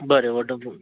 बरें वॉटरप्रुफ